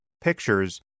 pictures